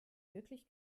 wirklich